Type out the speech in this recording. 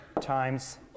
times